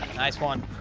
nice one.